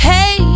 Hey